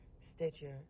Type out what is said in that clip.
Stitcher